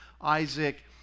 isaac